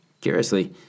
Curiously